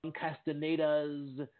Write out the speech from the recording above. Castaneda's